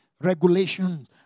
regulations